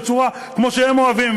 בצורה כמו שהם אוהבים.